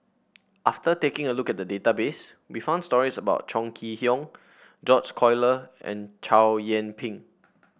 after taking a look at the database we found stories about Chong Kee Hiong George Collyer and Chow Yian Ping